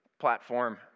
platform